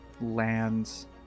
lands